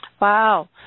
Wow